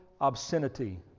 obscenity